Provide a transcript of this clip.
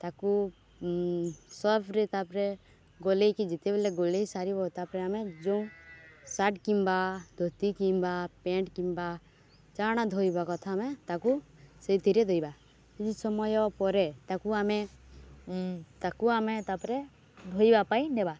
ତାକୁ ସରଫ୍ରେ ତାପରେ ଗଲେଇକି ଯେତେବେଲେ ଗଲେଇ ସାରିବା ତାପରେ ଆମେ ଯୋଉଁ ସାର୍ଟ କିମ୍ବା ଧୋତି କିମ୍ବା ପେଣ୍ଟ କିମ୍ବା ଚଣା ଧୋଇବା କଥା ଆମେ ତାକୁ ସେଇଥିରେ ଧୋଇବା କିଛି ସମୟ ପରେ ତାକୁ ଆମେ ତାକୁ ଆମେ ତାପରେ ଧୋଇବା ପାଇଁ ନେବା